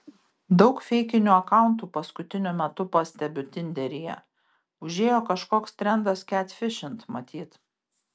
daug feikinių akauntų paskutiniu metu pastebiu tinderyje užėjo kažkoks trendas ketfišint matyt